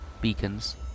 beacons